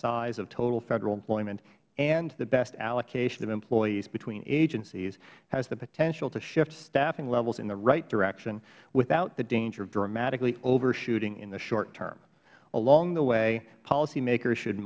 of total federal employment and the best allocation of employees between agencies has the potential to shift staffing levels in the right direction without the danger of dramatically overshooting in the short term along the way policymakers should